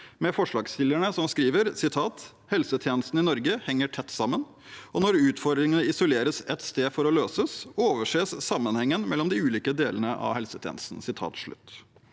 med forslagsstillernes, som skriver: «Helsetjenesten i Norge henger tett sammen, og når utfordringer isoleres ett sted for å løses, overses sammenhengen mellom de ulike delene av helsetjenesten.»